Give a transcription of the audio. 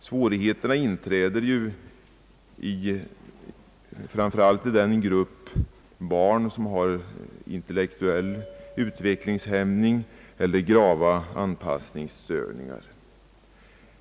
Svårigheterna inträder framför allt när det gäller den grupp av barn som har intellektuell utvecklingshämning eller grava anpassningsstörningar.